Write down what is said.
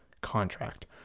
contract